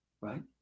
right